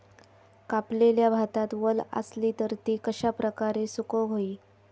कापलेल्या भातात वल आसली तर ती कश्या प्रकारे सुकौक होई?